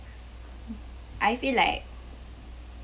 I feel like